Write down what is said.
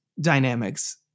dynamics